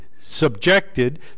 subjected